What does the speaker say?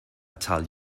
tell